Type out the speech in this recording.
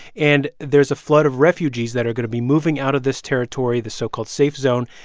and there's a flood of refugees that are going to be moving out of this territory, the so-called safe zone,